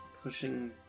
pushing